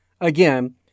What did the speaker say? Again